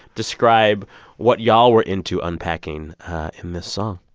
describe what y'all were into unpacking in this song